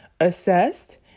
Assessed